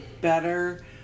better